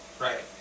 Right